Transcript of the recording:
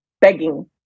begging